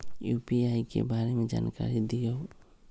UPI के बारे में जानकारी दियौ?